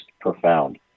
profound